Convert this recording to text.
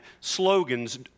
slogans